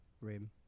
Rim